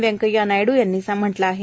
वैंकय्या नायडू यांनी म्हटलं आहे